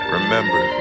Remember